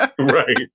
right